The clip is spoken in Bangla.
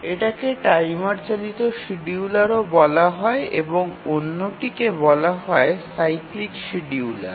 এটাকে টাইমার চালিত শিডিয়ুলারও বলা হয় এবং অন্যটিকে বলা হয় সাইক্লিক শিডিয়ুলার